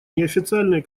неофициальные